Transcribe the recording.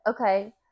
Okay